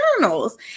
journals